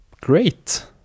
great